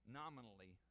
nominally